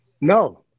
No